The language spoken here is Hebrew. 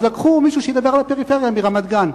אז לקחו מישהו שידבר על הפריפריה מרמת-גן,